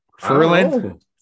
Furland